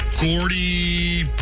Gordy